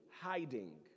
hiding